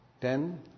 ten